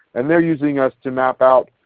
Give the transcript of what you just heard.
and they are using us to map out,